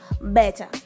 better